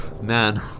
Man